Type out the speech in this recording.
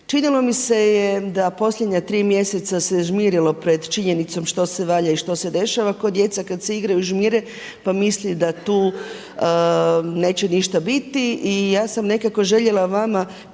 Činilo mi se je da posljednja tri mjeseca se žmirilo pred činjenicom što se valja i što se dešava ko djeca kada se igraju žmire pa misli da tu neće ništa biti i ja sam nekako željela vama pitanje